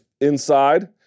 inside